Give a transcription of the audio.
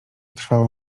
trwało